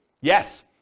Yes